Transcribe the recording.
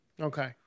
Okay